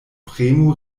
premu